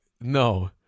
no